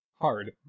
hard